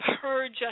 purge